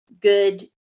good